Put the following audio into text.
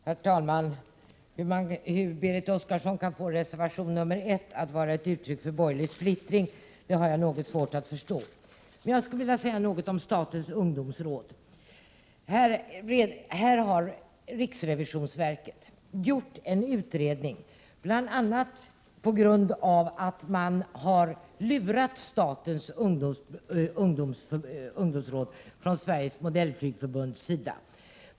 Herr talman! Hur Berit Oscarsson kan få reservation 1 att vara ett uttryck för borgerlig splittring har jag svårt att förstå. Jag skulle vilja säga något om statens ungdomsråd. Riksrevisionsverket har gjort en utredning bl.a. på grund av att Sveriges modellflygarförbund har lurat statens ungdomsråd.